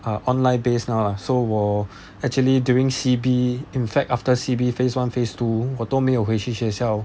uh online based now lah so 我 actually during C_B in fact after C_B phase one phase two 我都没有回去学校